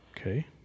Okay